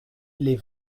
les